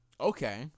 Okay